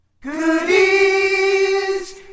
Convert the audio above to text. Goodies